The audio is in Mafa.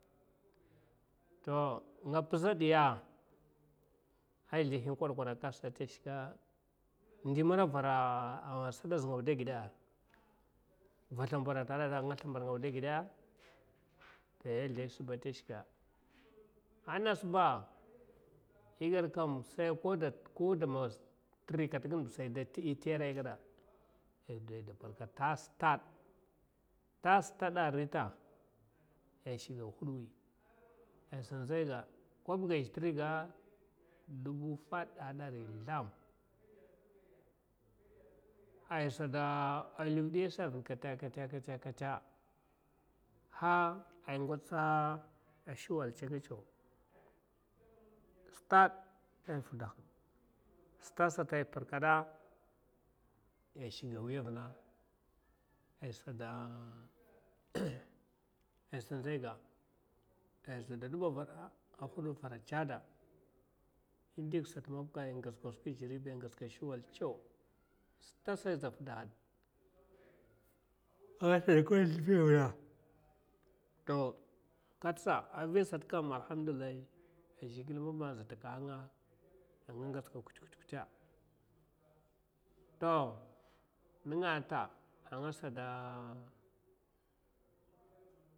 To nga pizha diya a sldahi kwad kwada kahi. Sa ata shika ndi mana vera a sados nga da gida’a, va slimbada ata gada a nga slimbad nga da gida dai a sldai a ta shika anas la igad kam sai koda man tiri katba. Hera igadai, igada ide ai dou parkad tasa stad tasa stad a rita ai shikga huawi aisa nzai ga kobga azha tiriga dubu fad a dari sldam ai salta liv diyasa a vina kate kake, kate har ai ngwatsa. Shuwal tsagatsaw stad aifida had stad sata ai bikada ai shik gawi avina ai sada aisa nzai ga ai zada hud vina tsada in dig sat dakwa ai gats ka shuwal tsaw stad sa aiza fida had to kat’sa a vina sat kam alhamdullilah a zhikle ba aza takahaka nga a nga ngats kad kut kata ta ninga ante a nga sada.